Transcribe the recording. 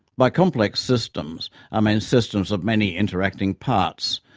by complex systems i mean systems of many interacting parts,